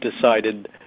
decided